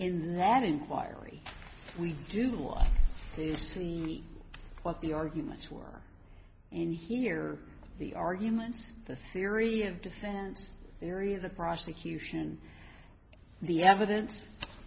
in that inquiry we do love to see what the arguments for and hear the arguments the theory of defense theory of the prosecution the evidence